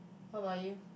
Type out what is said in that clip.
what about you